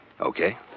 Okay